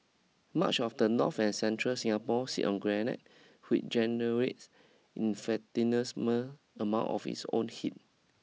much of the north and central Singapore sits on granite which generates amount of its own heat